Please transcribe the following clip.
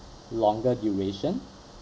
longer duration